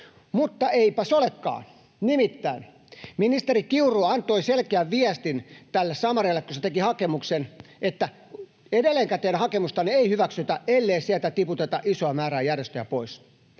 Mutta eipäs olekaan. Nimittäin ministeri Kiuru antoi selkeän viestin Samarialle, kun se teki hakemuksen, että edelleenkään teidän hakemustanne ei hyväksytä, ellei sieltä tiputeta isoa määrää järjestöjä pois.